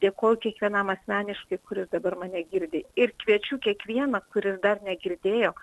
dėkoju kiekvienam asmeniškai kuris dabar mane girdi ir kviečiu kiekvieną kuris dar negirdėjo